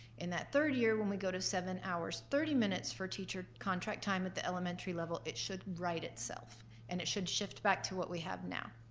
in that third year when we go to seven hours, thirty minutes for teacher contract time at the elementary level it should write itself and it should shift back to what we have now.